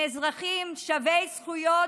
הם אזרחים שווי זכויות,